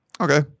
Okay